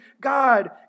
God